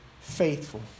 faithful